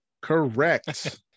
Correct